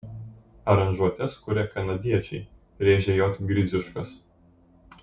aranžuotes kuria kanadiečiai rėžė j gridziuškas